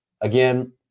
Again